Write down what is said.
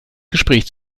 gespräch